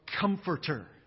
comforter